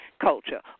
culture